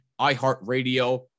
iHeartRadio